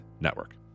Network